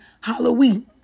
Halloween